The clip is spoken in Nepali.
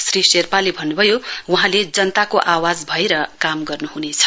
श्री शेर्पाले भन्न्भयो वहाँले जनताको आवाज भएर काम गर्न् हनेछ